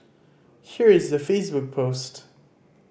here is their Facebook post